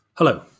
Hello